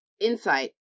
insight